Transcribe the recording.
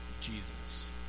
Jesus